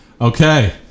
Okay